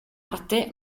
arte